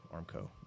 Armco